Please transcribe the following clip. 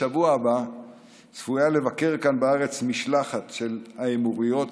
בשבוע הבא צפויה לבקר כאן בארץ משלחת רבת-משתתפים של האמירויות.